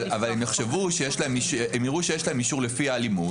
אבל הם יראו שיש להם אישור לפי האלימות,